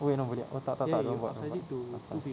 oh wait no but that oh tak tak tak no but no but upsize